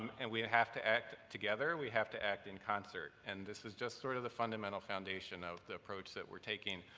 and we and have to act together, we have to act in concert, and this is just sort of the fundamental foundation of the approach that we're taking.